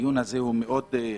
הדיון הזה מאד חשוב,